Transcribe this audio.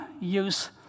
use